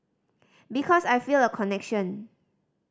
because I feel a connection